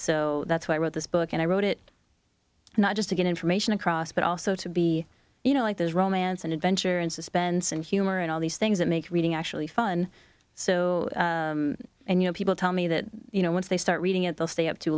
so that's why i wrote this book and i wrote it not just to get information across but also to be you know like there's romance and adventure and suspense and humor and all these things that make reading actually fun so and you know people tell me that you know once they start reading it they'll stay up too